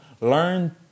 learn